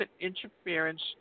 interference